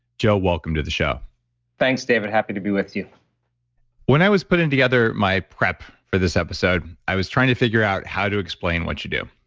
joe, welcome to the show thanks, david. happy to be with you when i was putting together my prep for this episode, i was trying to figure out how to explain what you do,